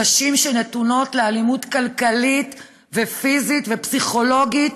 נשים שנתונות לאלימות כלכלית, פיזית ופסיכולוגית,